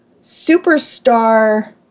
superstar